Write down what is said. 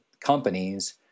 companies